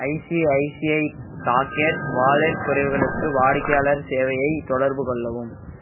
ICICI pockets wallet குறைவுகளுக்கு வாடிக்கையாளர் சேவையை தொடர்புகொள்ளவும்